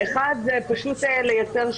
האחד, זה פשוט לייצר שוויון.